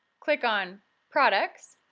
click on products,